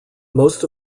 most